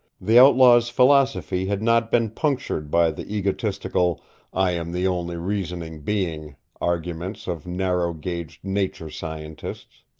the outlaw's philosophy had not been punctured by the egotistical i am the only reasoning being arguments of narrow-gauged nature scientists.